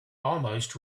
almost